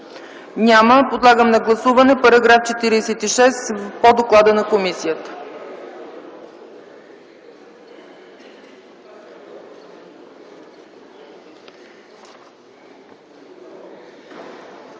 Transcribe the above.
Няма. Подлагам на гласуване § 46 по доклада на комисията.